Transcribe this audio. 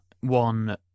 one